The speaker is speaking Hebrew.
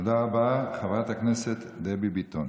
ומוציאים את דיבתה של ישראל